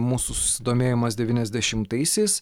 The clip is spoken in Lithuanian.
mūsų susidomėjimas devyniasdešimtaisiais